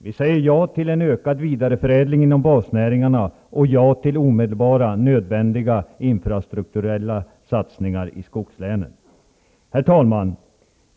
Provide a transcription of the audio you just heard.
Vi säger ja till en ökad vidareförädling inom basnäringarna och ja till omedelbara, nödvändiga infrastruktursatsningar i skoglänen. Herr talman!